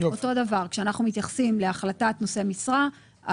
אותו דבר כשאנחנו מתייחסים להחלטת נושאי משרה,